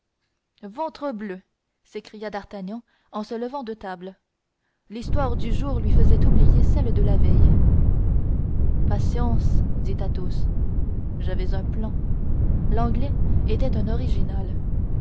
ventrebleu s'écria d'artagnan en se levant de table l'histoire du jour lui faisant oublier celle de la veille patience dit athos j'avais un plan l'anglais était un original